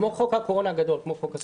כמו חוק הקורונה הגדול, כמו חוק הסמכויות.